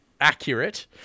accurate